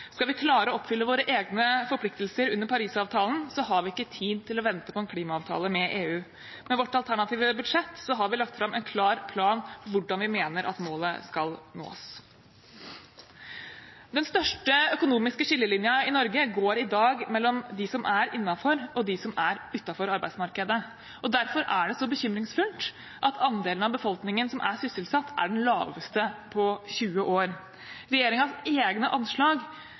Skal vi klare å oppfylle våre egne forpliktelser under Paris-avtalen, har vi ikke tid til å vente på en klimaavtale med EU. Med vårt alternative budsjett har vi lagt fram en klar plan for hvordan vi mener at målet skal nås. Den største økonomiske skillelinjen i Norge går i dag mellom dem som er innenfor, og dem som er utenfor arbeidsmarkedet. Derfor er det så bekymringsfullt at andelen av befolkningen som er sysselsatt, er den laveste på 20 år. Regjeringens egne anslag